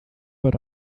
but